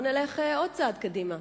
בואו נלך עוד צעד אחד קדימה,